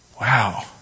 Wow